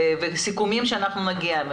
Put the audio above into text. וסיכומים שאנחנו נגיע אליהם,